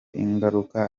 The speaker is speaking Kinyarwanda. ingaruka